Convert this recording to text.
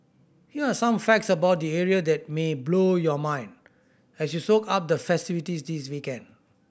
here are some facts about the area that may blow your mind as you soak up the festivities this weekend